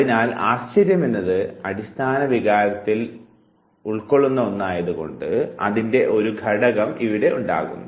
അതിനാൽ ആശ്ചര്യമെന്നത് അടിസ്ഥാന വികാരങ്ങളിൽ ഒന്നായാതുകൊണ്ട് അതിൻറെ ഒരു ഘടകം ഇവിടെയുണ്ടാകുന്നു